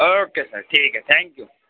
okay sir ٹھیک ہے thank you